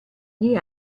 gli